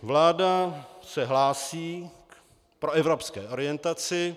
Vláda se hlásí k proevropské orientaci.